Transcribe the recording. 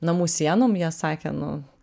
namų sienom jie sakė nu